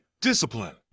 discipline